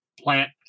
plant